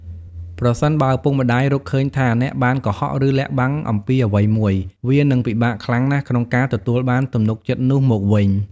ប្រសិនបើឪពុកម្ដាយរកឃើញថាអ្នកបាន កុហក ឬលាក់បាំង អំពីអ្វីមួយ វានឹងពិបាកខ្លាំងណាស់ក្នុងការទទួលបានទំនុកចិត្តនោះមកវិញ។